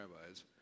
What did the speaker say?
rabbis